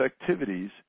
activities